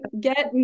get